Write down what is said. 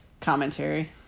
commentary